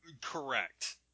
Correct